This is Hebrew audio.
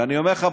ואני אומר לך,